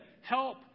help